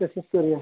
ᱥᱩᱥᱟᱹᱨᱤᱭᱟᱹ